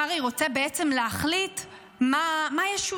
קרעי רוצה להחליט מה ישודר,